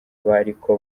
bariko